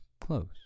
close